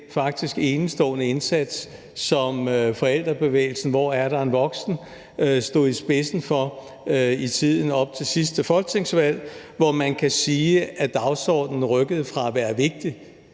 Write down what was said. faktisk enestående indsats, som forældrebevægelsen »Hvor er der en voksen?« stod i spidsen for i tiden op til sidste folketingsvalg, hvor man kan sige, at dagsordenen rykkede fra at være vigtig